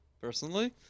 personally